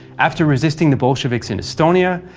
after resisting the bolsheviks in estonia,